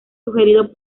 sugerido